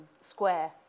square